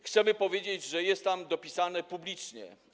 Chcemy powiedzieć, że jest tam dopisane „publicznie”